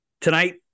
tonight